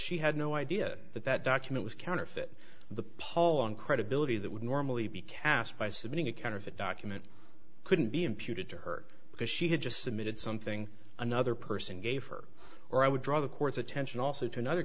she had no idea that that document was counterfeit the pall on credibility that would normally be cast by submitting a counterfeit document couldn't be imputed to her because she had just submitted something another person gave her or i would draw the court's attention also to another